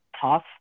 tough